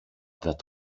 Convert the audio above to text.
that